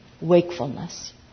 wakefulness